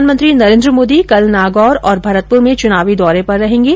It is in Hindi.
प्रधानमंत्री नरेन्द्र मोदी कल नागौर और भरतपुर में चुनावी दौरे पर रहेंगे